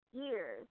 years